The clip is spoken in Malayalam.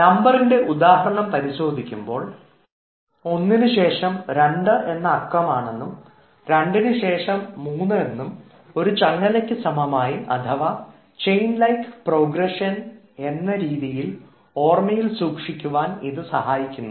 നമ്പറിൻറെ ഉദാഹരണം പരിശോധിക്കുമ്പോൾ ഒന്നിനുശേഷം രണ്ട് എന്ന അക്കമാണെന്നും എന്നും രണ്ടിന് ശേഷം മൂന്ന് എന്നും ഒരു ചങ്ങലയ്ക്ക് സമാനമായി അഥവാ ചെയിൻ ലൈക്ക് പ്രോഗ്രഷൻ ഓർമ്മയിൽ സൂക്ഷിക്കുവാൻ ഇത് സഹായിക്കുന്നു